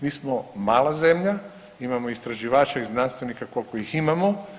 Mi smo mala zemlja, imamo istraživača i znanstvenika koliko ih imamo.